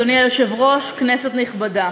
אדוני היושב-ראש, כנסת נכבדה,